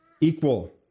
equal